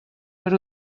per